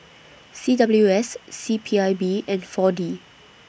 C W S C P I B and four D